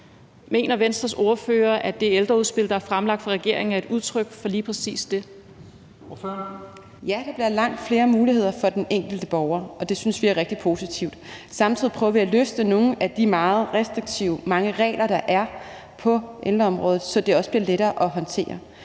11:57 Første næstformand (Leif Lahn Jensen): Ordføreren. Kl. 11:57 Louise Elholm (V): Ja. Der bliver langt flere muligheder for den enkelte borger, og det synes vi er rigtig positivt. Samtidig prøver vi at løfte nogle af de mange meget restriktive regler, der er på ældreområdet, så de også bliver lettere at håndtere.